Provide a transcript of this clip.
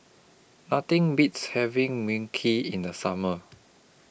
Nothing Beats having Mui Kee in The Summer